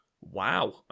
Wow